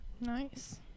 nice